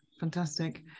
Fantastic